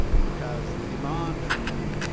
because the demand from